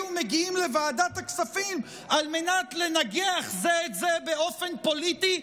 ומגיעים לוועדת הכספים על מנת לנגח זה את זה באופן פוליטי,